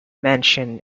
mansion